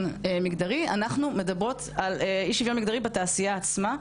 מגדרי אנחנו מדברות על אי שיוויון מגדרי בתעשייה עצמה.